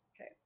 Okay